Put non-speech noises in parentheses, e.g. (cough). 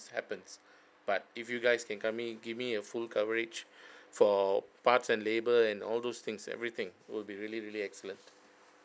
happens but if you guys can come me give me a full coverage (breath) for parts and labour and all those things everything will be really really excellent